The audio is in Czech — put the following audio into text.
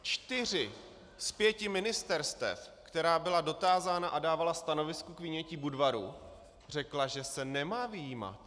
Čtyři z pěti ministerstev, která byla dotázána a dávala stanovisko k vynětí Budvaru, řekla, že se nemá vyjímat.